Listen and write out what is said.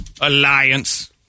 alliance